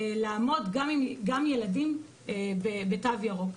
גם מהילדים, לעמוד בתו ירוק.